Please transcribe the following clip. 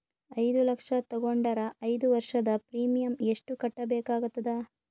ಐದು ಲಕ್ಷ ತಗೊಂಡರ ಐದು ವರ್ಷದ ಪ್ರೀಮಿಯಂ ಎಷ್ಟು ಕಟ್ಟಬೇಕಾಗತದ?